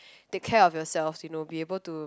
take care of yourself you know be able to